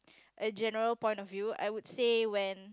a general point of view I would say when